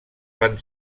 van